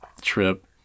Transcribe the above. trip